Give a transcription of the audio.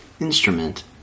instrument